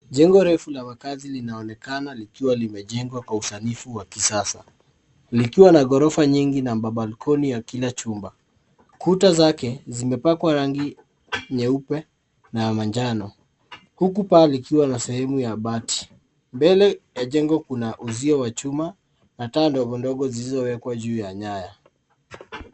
Jengo refu la makazi linaonekana likiwa limejengwa kwa usanifu wa kisasa likiwa na ghorofa nyingi na mabalkoni ya kila chumba. Kuta zake zimepakwa rangi nyeupe na ya manjano huku paa likiwa na sehemu ya bati . Mbele ya jengo kuna uzio wa chuma na taa ndogo ndogo zilizowekwa juu ya nyaya.